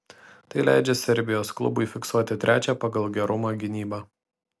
tai leidžia serbijos klubui fiksuoti trečią pagal gerumą gynybą